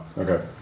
okay